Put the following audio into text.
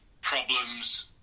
problems